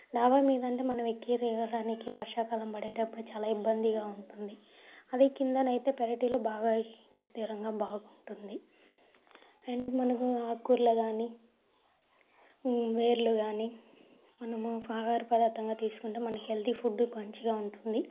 దాబా మీద అంటే మనం ఎక్కి దిగడానికి వర్షాకాలం పడేటప్పుడు చాలా ఇబ్బందిగా ఉంటుంది అది కిందనైతే పెరటిలో బాగా విస్తీరంగా బాగుంటుంది అండ్ మనము ఆక్కూరలు కానీ వేర్లు కానీ మనము ఆహార పదార్ధంగా తీసుకుంటే మనకి హెల్తీ ఫుడ్కు మంచిగా ఉంటుంది